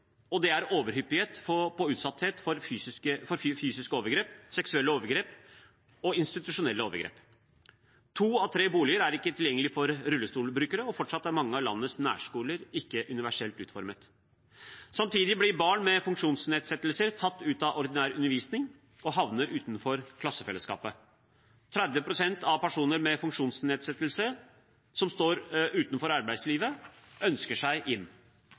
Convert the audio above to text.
og det er overhyppighet på utsatthet for fysiske overgrep, seksuelle overgrep og institusjonelle overgrep. To av tre boliger er ikke tilgjengelig for rullestolbrukere, og fortsatt er mange av landets nærskoler ikke universelt utformet. Samtidig blir barn med funksjonsnedsettelser tatt ut av ordinær undervisning og havner utenfor klassefellesskapet. 30 pst. av personer med funksjonsnedsettelse som står utenfor arbeidslivet, ønsker seg inn.